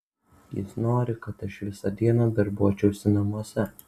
jis nori kad aš visą dieną darbuočiausi namuose